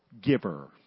giver